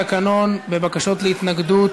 אני חוזר ומסביר, שעל-פי התקנון בבקשות להתנגדות